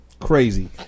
Crazy